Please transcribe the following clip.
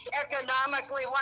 economically